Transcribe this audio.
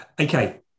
okay